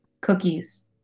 Cookies